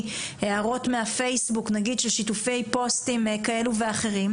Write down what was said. הערות מהפייסבוק על שיתופים כאלה ואחרים.